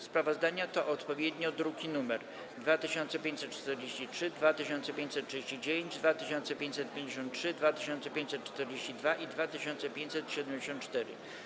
Sprawozdania to odpowiednio druki nr 2543, 2539, 2553, 2542 i 2574.